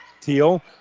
Teal